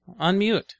Unmute